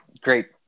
great